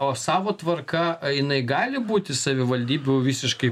o savo tvarka jinai gali būti savivaldybių visiškai